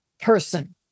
person